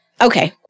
Okay